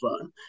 fun